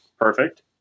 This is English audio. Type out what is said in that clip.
Perfect